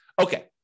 Okay